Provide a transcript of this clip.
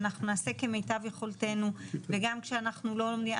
אנחנו נעשה כמיטב יכולתנו וגם כשאנחנו לא נהיה,